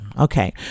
Okay